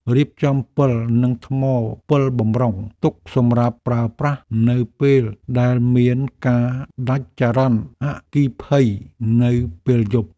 រៀបចំពិលនិងថ្មពិលបម្រុងទុកសម្រាប់ប្រើប្រាស់នៅពេលដែលមានការដាច់ចរន្តអគ្គិភ័យនៅពេលយប់។